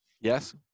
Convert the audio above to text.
yes